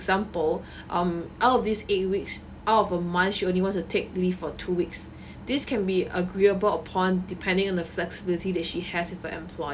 example um out of these eight weeks out of a month she only wants to take leave for two weeks this can be agreeable upon depending on the flexibility that she has it for employer